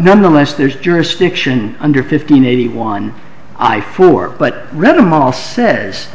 nonetheless there's jurisdiction under fifteen eighty one i four but read them all says